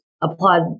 applaud